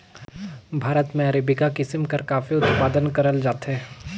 भारत में अरेबिका किसिम कर काफी उत्पादन करल जाथे